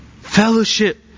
Fellowship